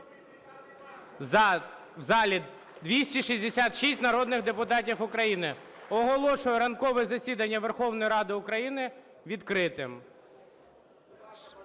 В залі 266 народних депутатів України. Оголошую ранкове засідання Верховної Ради України відкритим.